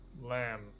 Lamb